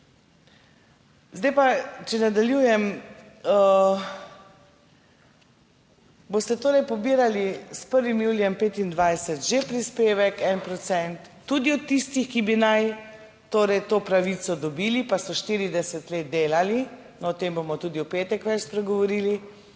Zdaj pa, če nadaljujem. Boste torej pobirali s 1. julijem 2025 že prispevek 1 procent, tudi od tistih, ki bi naj torej to pravico dobili pa so 40 let delali. O tem bomo tudi v petek več spregovorili,